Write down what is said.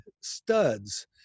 studs